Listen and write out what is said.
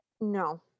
No